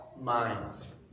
minds